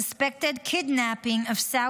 suspected kidnapping of Saudi